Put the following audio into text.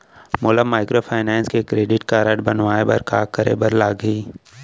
मोला माइक्रोफाइनेंस के credit card बनवाए बर का करे बर लागही?